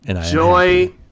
Joy